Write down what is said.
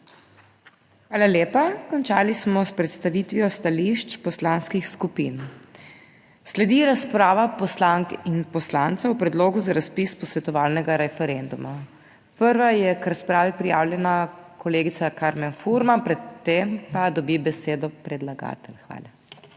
Hvala lepa. Končali smo s predstavitvijo stališč poslanskih skupin. Sledi razprava poslank in poslancev o Predlogu za razpis posvetovalnega referenduma. Prva je k razpravi prijavljena kolegica Karmen Furman, pred tem pa dobi besedo predlagatelj. Hvala.